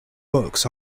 books